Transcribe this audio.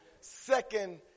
second